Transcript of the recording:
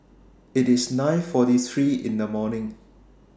IT IS nine forty three in The morning